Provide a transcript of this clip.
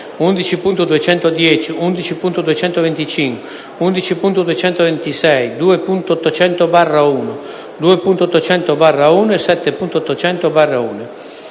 11.210, 11.225, 11.226, 2.800/1, 2.800/2 e 7.800/1.